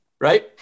right